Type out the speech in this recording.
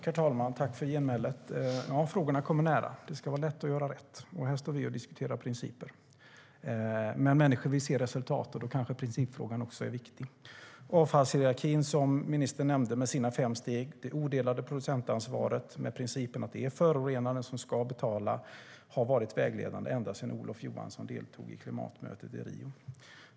Herr talman! Tack för genmälet, ministern! Frågorna kommer nära. Det ska vara lätt att göra rätt. Här står vi och diskuterar principer, men människor vill se resultat, och då kanske principfrågan också är viktig. Ministern nämnde avfallshierarkin med dess fem steg och det odelade producentansvaret med principen att det är förorenaren som ska betala. Detta har varit vägledande ända sedan Olof Johansson deltog i klimatmötet i Rio.